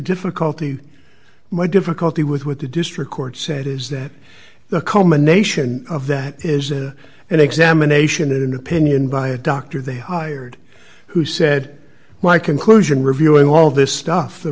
difficulty my difficulty with what the district court said is that the culmination of that is that an examination in an opinion by a doctor they hired who said my conclusion reviewing all this stuff the